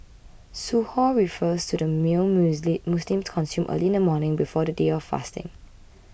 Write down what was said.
Suhoor refers to the meal Musli Muslims consume early in the morning before the day of fasting